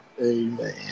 Amen